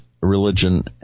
religion